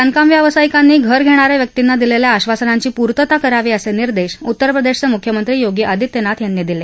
बांधकाम व्यावसायिकांनी घर घेणाऱ्या व्यक्तींना दिलेल्या आश्वासनांची पूर्तता करावी असे निर्देश उत्तरप्रदेशचे मुख्यमंत्री योगी आदित्यनाथ यांनी दिले